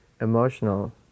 emotional